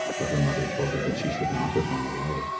but her mother told her that she should not have run away.